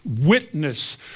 witness